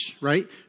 right